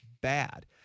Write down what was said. bad